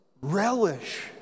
relish